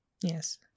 Yes